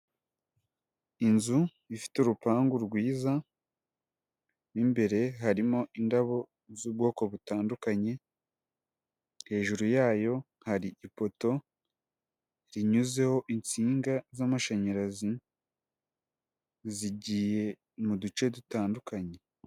Inzu ifite urupangu rwiza, mw'imbere harimo indabo z'ubwoko butandukanye, hejuru yayo hari ipoto rinyuzeho insinga z'amashanyarazi zigiye mu duce dutandukanye.